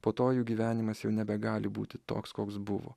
po to jų gyvenimas jau nebegali būti toks koks buvo